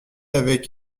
avec